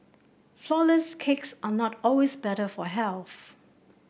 flourless cakes are not always better for health